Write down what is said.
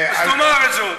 אז תאמר את זאת.